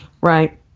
Right